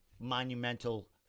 monumental